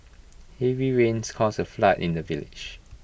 heavy rains caused A flood in the village